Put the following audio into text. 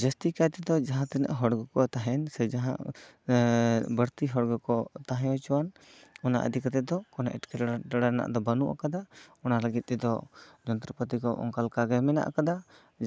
ᱡᱟᱹᱥᱛᱤ ᱠᱟᱭ ᱛᱮᱫᱚ ᱡᱟᱦᱟᱸ ᱛᱤᱱᱟᱹᱜ ᱦᱚᱲ ᱠᱚ ᱛᱟᱦᱮᱸ ᱥᱮ ᱡᱟᱦᱟᱸ ᱵᱟᱲᱛᱤ ᱦᱚᱲ ᱜᱮᱠᱚ ᱛᱟᱦᱮᱸ ᱦᱚᱪᱚᱣᱟᱱ ᱚᱱᱟ ᱤᱫᱤ ᱠᱟᱛᱮᱜ ᱫᱚ ᱠᱳᱱᱳ ᱮᱴᱠᱮᱴᱚᱲᱮ ᱨᱮᱱᱟᱜ ᱫᱚ ᱵᱟᱹᱱᱩᱜ ᱟᱠᱟᱫᱟ ᱚᱱᱟ ᱞᱟ ᱜᱤᱫ ᱛᱮᱫᱚ ᱡᱚᱱᱛᱚᱨᱚᱯᱟᱛᱤ ᱠᱚ ᱚᱱᱠᱟ ᱞᱮᱠᱟᱜᱮ ᱢᱮᱱᱟᱜ ᱠᱟᱫᱟ